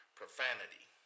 profanity